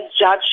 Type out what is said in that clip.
Judge